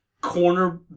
corner